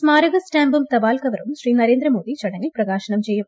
സ്മാരക സ്റ്റാമ്പും തപാൽ കവറും ശ്രീ നരേന്ദ്രമോദി ചടങ്ങിൽ പ്രകാശനം ചെയ്യും